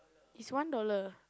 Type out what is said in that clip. is one dollar